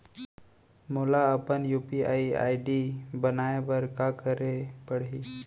मोला अपन UPI ID बनाए बर का करे पड़ही?